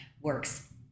works